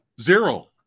zero